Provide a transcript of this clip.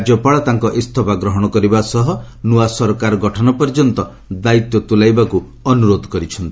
ରାଜ୍ୟପାଳ ତାଙ୍କ ଇସ୍ତଫା ଗ୍ରହଣ କରିବା ସହ ନୂଆ ସରକାର ଗଠନ ପର୍ଯ୍ୟନ୍ତ ଦାୟିତ୍ୱ ତୁଲାଇବାକୁ ଅନୁରୋଧ କରିଛନ୍ତି